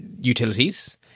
utilities